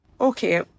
okay